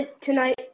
tonight